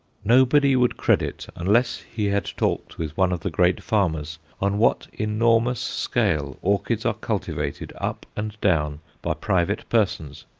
nobody would credit, unless he had talked with one of the great farmers, on what enormous scale orchids are cultivated up and down by private persons.